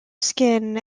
skin